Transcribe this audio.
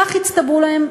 כך הצטברו להם,